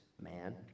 man